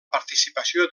participació